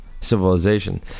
civilization